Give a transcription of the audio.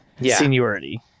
Seniority